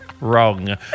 wrong